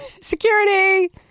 Security